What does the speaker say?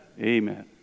Amen